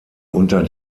unter